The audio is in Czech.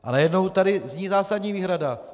A najednou tady zní zásadní výhrada.